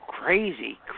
crazy